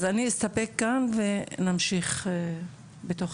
אז אני אסתפק בכך ונמשיך בדיון,